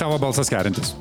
tavo balsas kerintis